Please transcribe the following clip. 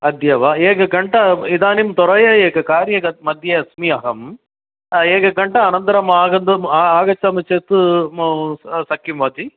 अद्य वा एकघण्टा इदानीं त्वरया एककार्यं क् मध्ये अस्मि अहं एकघण्टा अनन्तरम् आगन्तुं आगच्छामि चेत् शक्यं वा जि